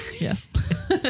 Yes